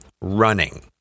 running